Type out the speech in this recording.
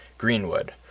Greenwood